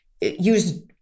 use